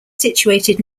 situated